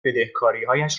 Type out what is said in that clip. بدهکاریش